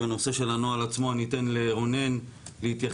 בנושא של הנוהל עצמו אני אתן לרונן להתייחס.